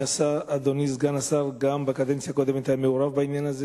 אדוני סגן השר גם בקדנציה הקודמת היה מעורב בעניין הזה,